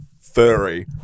furry